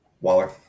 Waller